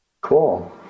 Cool